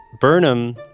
Burnham